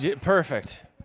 perfect